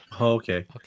Okay